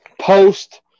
post